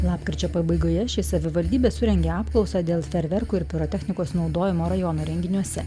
lapkričio pabaigoje ši savivaldybė surengė apklausą dėl ferverkų ir pirotechnikos naudojimo rajono renginiuose